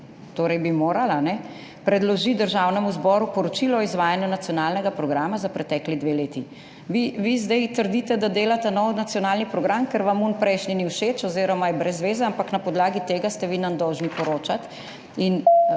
torej bi morali, kajne, »predloži državnemu zboru poročilo o izvajanju nacionalnega programa za pretekli dve leti.« Vi zdaj trdite, da delate nov nacionalni program, ker vam prejšnji ni všeč oziroma je brez zveze, ampak na podlagi tega ste nam dolžni poročati